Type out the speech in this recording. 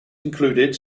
included